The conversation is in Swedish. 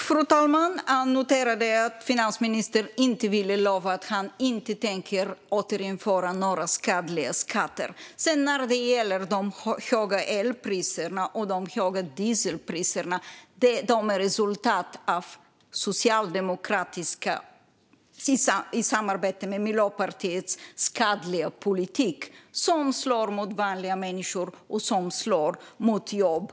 Fru talman! Jag noterade att finansministern inte ville lova att han inte tänker återinföra några skadliga skatter. När det sedan gäller de höga elpriserna och de höga dieselpriserna är de resultat av Socialdemokraternas skadliga politik som de fört tillsammans med Miljöpartiet och som slår mot vanliga människor och mot jobben.